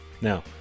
Now